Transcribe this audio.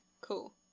Cool